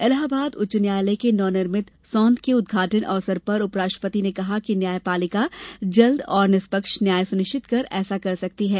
इलाहाबाद उच्च न्यायालय के नवनिर्भित सौंध के उद्घाटन अवसर पर उपराष्ट्रपति ने कहा कि न्यायपालिका जल्द और निष्पक्ष न्याय सुनिश्चित कर ऐसा कर सकती है